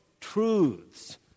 truths